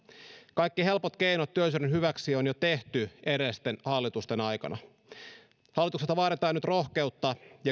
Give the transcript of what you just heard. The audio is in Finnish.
kaikki helpot keinot työllisyyden hyväksi on jo tehty edellisten hallitusten aikana hallitukselta vaaditaan nyt rohkeutta ja